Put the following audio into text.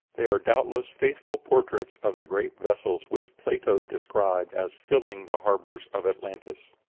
they are doubtless faithful portraits of the great vessels which plato described as filling the harbors of atlantis.